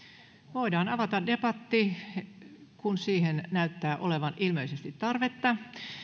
voidaan avata debatti kun siihen näyttää ilmeisesti olevan tarvetta